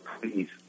please